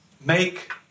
make